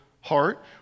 heart